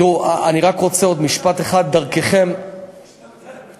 תראו, אני רק רוצה עוד משפט אחד, דרככם, הביצוע?